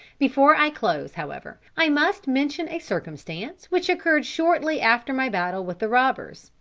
before i close, however, i must mention a circumstance which occurred shortly after my battle with the robbers,